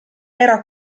era